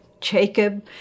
Jacob